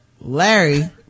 Larry